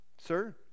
Sir